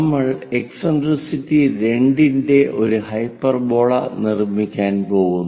നമ്മൾ എക്സെന്ട്രിസിറ്റി 2 ന്റെ ഒരു ഹൈപ്പർബോള നിർമ്മിക്കാൻ പോകുന്നു